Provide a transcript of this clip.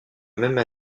même